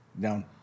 Down